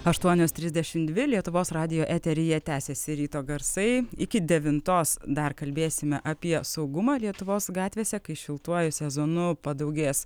aštuonios trisdešimt dvi lietuvos radijo eteryje tęsiasi ryto garsai iki devintos dar kalbėsime apie saugumą lietuvos gatvėse kai šiltuoju sezonu padaugės